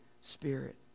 Spirit